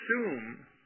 assume